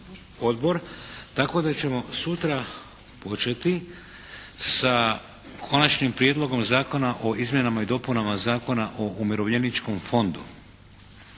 tako da ćemo sutra početi sa Konačnim prijedlogom Zakona o izmjenama i dopunama Zakona o umirovljeničkom fondu.